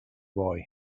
boy